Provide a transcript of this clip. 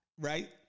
right